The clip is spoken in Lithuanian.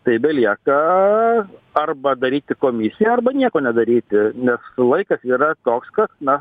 tai belieka arba daryti komisiją arba nieko nedaryti nes laikas yra toks kad na